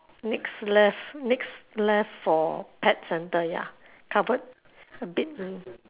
next left next left for pet centre ya cupboard a bit